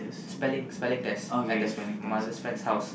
spelling spelling test at the mother's friend's house